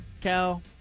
Cal